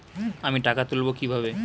আমি টাকা তুলবো কি ভাবে?